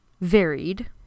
varied